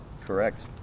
Correct